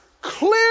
Clear